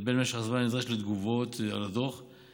לבין משך הזמן הנדרש לתגובה על הדוח.